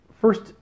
First